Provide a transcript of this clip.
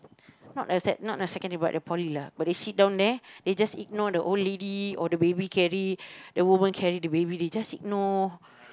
not a sec not a secondary but a poly lah but they just sit down there they just ignore the old lady or the baby carry the woman carry the baby they just ignore